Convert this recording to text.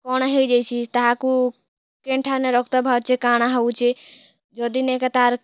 କ'ଣ ହେଇଯାଇଛି ତାହାକୁ କେନ୍ ଠାନେ ରକ୍ତ ବାହାରୁଛି କା'ଣା ହେଉଛେ ଯଦି ନାଇ କାଏଁ ତା'ର୍